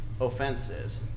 offenses